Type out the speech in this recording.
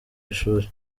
ishuli